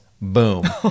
boom